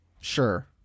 Sure